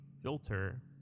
filter